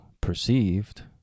perceived